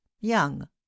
young